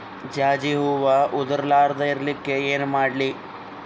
ಜಾಜಿ ಹೂವ ಉದರ್ ಲಾರದ ಇರಲಿಕ್ಕಿ ಏನ ಮಾಡ್ಲಿ?